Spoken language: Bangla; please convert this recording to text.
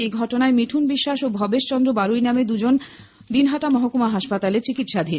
এই ঘটনায় মিঠুন বিশ্বাস ও ভবেশ চন্দ্র বারুই নামে দুজন দিনহাটা মহকুমা হাসপাতালে চিকিৎসাধীন